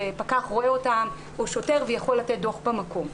כשפקח רואה אותן או שוטר הם יכולים לתת דוח במקום.